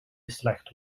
beslecht